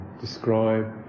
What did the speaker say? describe